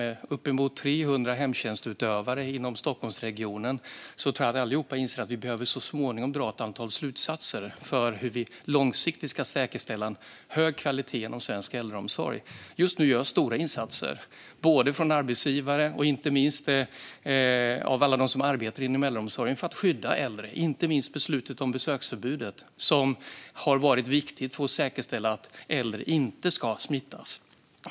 Med uppemot 300 hemtjänstutövare i Stockholmsregionen inser vi nog alla att vi så småningom behöver dra ett antal slutsatser för hur vi långsiktigt ska säkerställa en hög kvalitet inom svensk äldreomsorg. Just nu görs stora insatser av både arbetsgivare och alla dem som arbetar inom äldreomsorgen för att skydda äldre. Det gäller inte minst beslutet om besöksförbud. Det har varit viktigt för att säkerställa att äldre inte ska smittas.